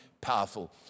powerful